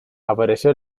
apareció